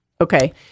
Okay